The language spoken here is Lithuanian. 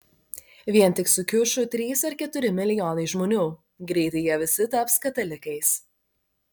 vien tik su kiušiu trys ar keturi milijonai žmonių greitai jie visi taps katalikais